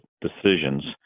decisions